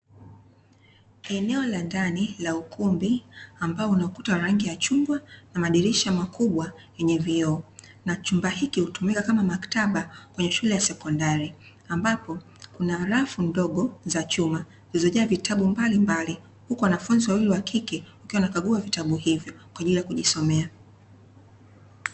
Eneo la ndani la ukumbi, ambao unakuta rangi ya chunga na madirisha makubwa yenye vioo. Na chumba hiki hutumika kama maktaba kwenye shule ya sekondari, ambapo kuna rafu ndogo za chuma zilizojawa vitabu mbalimbali, huku wanafunzi wawili wa kike wakiwa wanakagua vitabu hivi kwa ajili ya kujisomea.